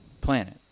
planet